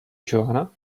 joanna